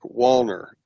Walner